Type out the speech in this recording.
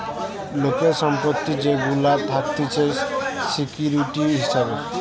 লোকের সম্পত্তি যেগুলা থাকতিছে সিকিউরিটি হিসাবে